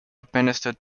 administered